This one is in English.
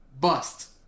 bust